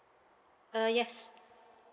uh yes